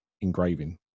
engraving